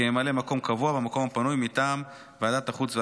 כממלא מקום קבוע במקום הפנוי מטעם ועדת החוץ והביטחון.